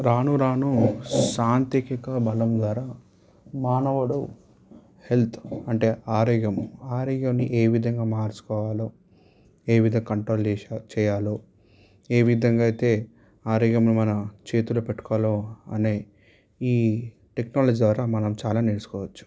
రాను రాను సాంతేకిక బలం ద్వారా మానవుడు హెల్త్ అంటే ఆరోగ్యం ఆరోగ్యాన్ని ఏ విధంగా మార్చుకోవాలో ఏవిధ కంట్రోల్ చేయాలో ఏ విధంగా అయితే ఆరోగ్యమే మన చేతులు పెట్టుకోవాలో అనే ఈ టెక్నాలజీ ద్వారా మనం చాలా నేర్చుకోవచ్చు